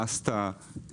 פסטה,